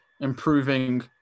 improving